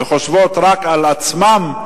וחושבות רק על עצמן,